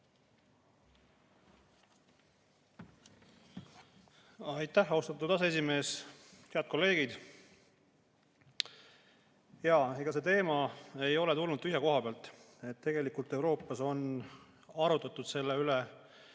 Aitäh, austatud aseesimees! Head kolleegid! Jaa, ega see teema ei ole tulnud tühja koha pealt. Tegelikult Euroopas on arutatud selle üle,